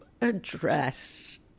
address